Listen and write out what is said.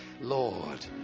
Lord